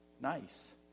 Nice